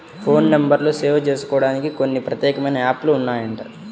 phone నెంబర్లు save జేసుకోడానికి కొన్ని ప్రత్యేకమైన యాప్ లు ఉన్నాయంట